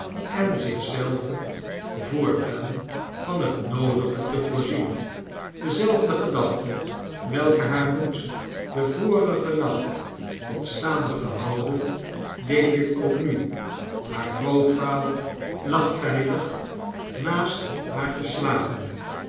en zich zelve voortaan van het noodige te voorzien dezelfde gedachte welke haar moed den vorigen nacht had staande gehouden deed dit ook nu haar grootvader lag veilig naast haar te slapen